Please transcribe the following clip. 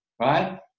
right